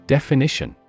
Definition